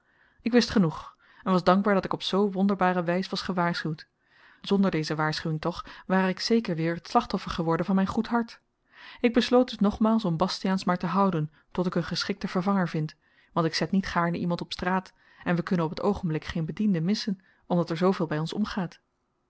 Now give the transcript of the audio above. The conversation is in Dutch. ik wist genoeg en was dankbaar dat ik op zoo wonderbare wys was gewaarschuwd zonder deze waarschuwing toch ware ik zeker weer t slachtoffer geworden van myn goed hart ik besloot dus nogmaals om bastiaans maar te houden tot ik een geschikten vervanger vind want ik zet niet gaarne iemand op straat en we kunnen op t oogenblik geen bediende missen omdat er zooveel by ons omgaat